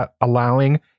allowing